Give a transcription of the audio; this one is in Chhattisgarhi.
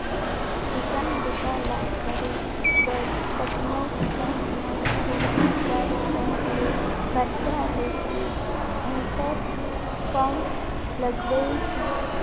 किसानी बूता ल करे बर कतनो किसान मन भूमि विकास बैंक ले करजा लेके मोटर पंप लगवाइन हें